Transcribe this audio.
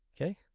Okay